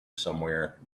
somewhere